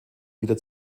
wieder